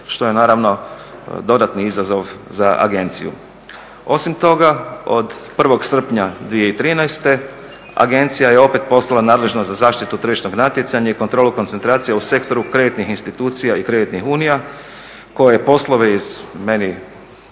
što je naravno dodatni izazov za agenciju. Osim toga od 1. srpnja 2013. agencija je opet postala nadležna za zaštitu tržišnog natjecanja i kontrolu koncentracija u sektoru kreditnih institucija i kreditnih unija koje poslove iz meni